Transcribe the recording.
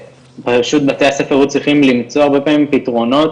בבתי הספר היו צריכים הרבה פעמים למצוא פתרונות